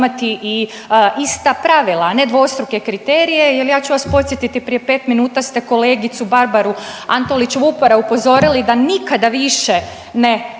i ista pravila, a ne dvostruke kriterije jer ja ću vas podsjetiti prije 5 minuta ste kolegicu Barbaru Antolić Vupora da nikada više ne